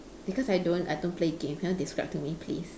because I don't I don't play games can you describe to me please